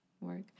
work